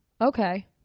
Okay